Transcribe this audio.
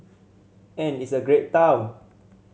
and it's a great town